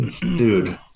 dude